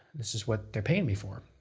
this is what they are paying me for